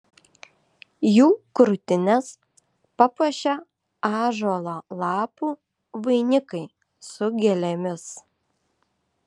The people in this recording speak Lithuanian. jų krūtines papuošė ąžuolo lapų vainikai su gėlėmis